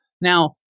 Now